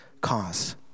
cause